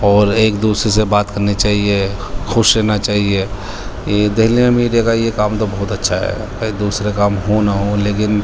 اور ایک دوسرے سے بات کرنی چاہیے خوش رہنا چاہیے یہ دہلی میں میڈیا کا یہ کام تو بہت اچھا ہے دوسرے کام ہوں نہ ہوں لیکن